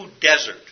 desert